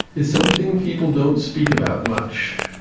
it's something people don't speak about much,